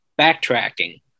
backtracking